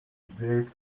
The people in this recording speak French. bête